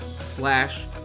slash